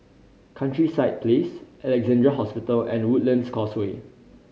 Countryside Place Alexandra Hospital and Woodlands Causeway